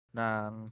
ng